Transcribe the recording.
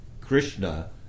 Krishna